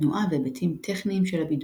התנועה והיבטים טכניים של הבידור.